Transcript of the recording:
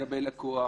למשל,